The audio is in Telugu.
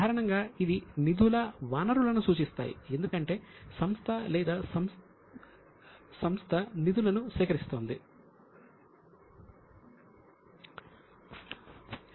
సాధారణంగా ఇవి నిధుల వనరులను సూచిస్తాయి ఎందుకంటే సంస్థ నిధులను సేకరిస్తోంది